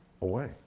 away